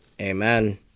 Amen